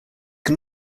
can